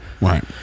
Right